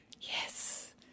Yes